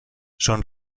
son